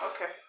okay